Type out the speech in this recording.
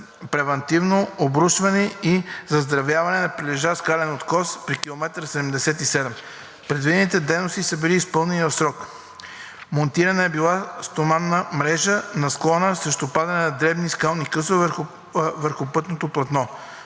превантивно обрушване и заздравяване на прилежащ скален откос при км 77. Предвидените дейности са били изпълнени в срок. Монтирана е била стоманна мрежа на склона срещу падане на дребни скални късове върху пътното платно.